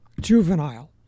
juvenile